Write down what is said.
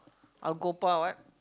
Agopa what